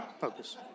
focus